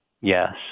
yes